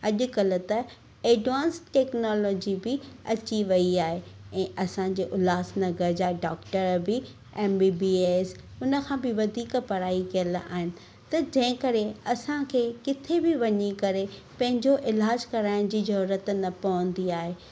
अॼुकल्ह त advance technology बि अची वई आहे ऐं असांजे उल्हासनगर जा डॉक्टर बि एम बी बी एस हुन खां बि वधीक पढ़ाई कयल आहिनि त जंहिं करे असांखे किथे बि वञी करे पंहिंजो इलाजु कराइण जी ज़रूरति न पउंदी आहे